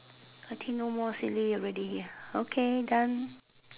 I think no more silly already okay done